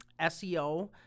SEO